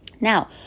Now